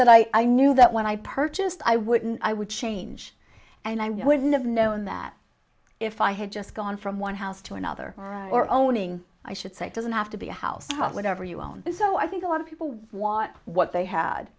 that i knew that when i purchased i wouldn't i would change and i would know that if i had just gone from one house to another or owning i should say it doesn't have to be a house whatever you own it so i think a lot of people want what they had